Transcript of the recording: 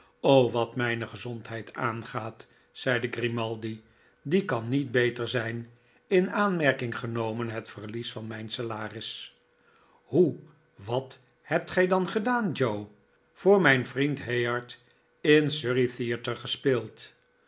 wat mijne gezondheid aangaat zeide grimaldi die kan niet beter zijn in aanmerking genomen het verlies van mijn salaris hoe wat hebt gij dan gedaan joe voor mijn vriend hayward in surrey theater gespeeld